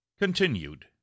Continued